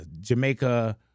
Jamaica